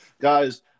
Guys